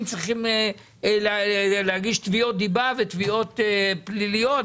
צריכים להגיש תביעות דיבה ותביעות פליליות,